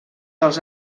els